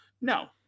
No